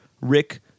Rick